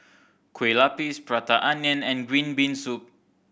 kue lupis Prata Onion and green bean soup